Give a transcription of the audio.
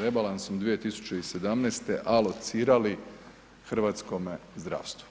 rebalansom 2017. alocirali hrvatskome zdravstvu.